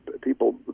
People